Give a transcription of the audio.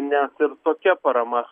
net ir tokia parama